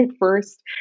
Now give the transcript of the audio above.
first